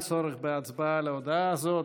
אין צורך בהצבעה על ההודעה הזאת.